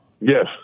Yes